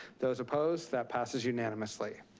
those opposed, that passes unanimously.